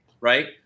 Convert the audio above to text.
Right